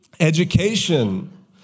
Education